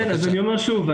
אני אומר שוב,